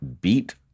beat